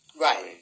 right